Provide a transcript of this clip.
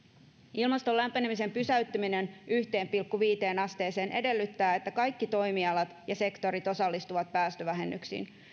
ilmaston lämpenemisen pysäyttäminen yhteen pilkku viiteen asteeseen edellyttää että kaikki toimialat ja sektorit osallistuvat päästövähennyksiin